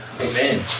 Amen